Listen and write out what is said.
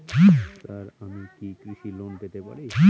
Sir আমি কি কৃষি লোন পেতে পারি?